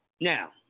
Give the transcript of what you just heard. Now